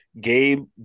Gabe